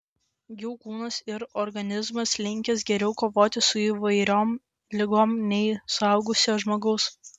jų kūnas ir organizmas linkęs geriau kovoti su įvairiom ligom nei suaugusio žmogaus